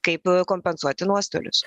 kaip kompensuoti nuostolius